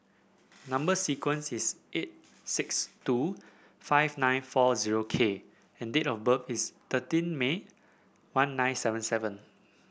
number sequence is eight six two five nine four zero K and date of birth is thirteen May one nine seven seven